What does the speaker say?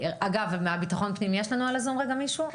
אגב, יש לנו על הזום מישהו מביטחון פנים?